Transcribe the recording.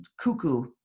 cuckoo